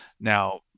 now